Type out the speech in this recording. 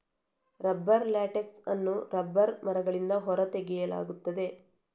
rubber latex ಅನ್ನು rubber ಮರಗಳಿಂದ ಹೊರ ತೆಗೆಯಲಾಗುತ್ತದೆ